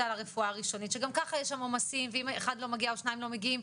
על הרפואה הראשונית שאם אחד לא מגיע או שניים לא מגיעים,